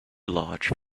large